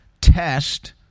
test